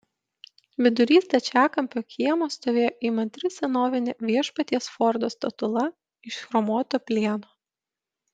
vidury stačiakampio kiemo stovėjo įmantri senovinė viešpaties fordo statula iš chromuoto plieno